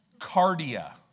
Cardia